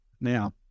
Now